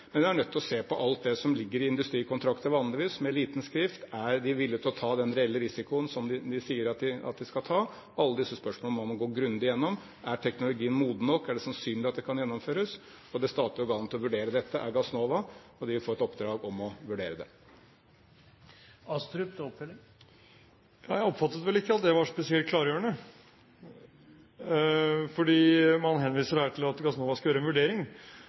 Men vi er nødt til å se på alt det som ligger i industrikontrakter, vanligvis med liten skrift. Er de villig til å ta den reelle risikoen som de sier at de skal ta? Alle disse spørsmålene må man gå grundig gjennom. Er teknologien moden nok? Er det sannsynlig at det kan gjennomføres? Og det statlige organet til å vurdere dette er Gassnova, og de vil få et oppdrag om å vurdere det. Jeg oppfattet vel ikke at det var spesielt klargjørende, fordi man henviser her til at Gassnova skal gjøre en vurdering.